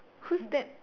who's that